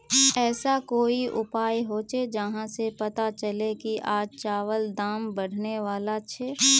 ऐसा कोई उपाय होचे जहा से पता चले की आज चावल दाम बढ़ने बला छे?